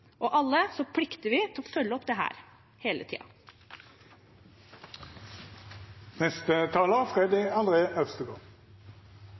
og alle plikter vi å følge opp dette hele